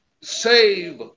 save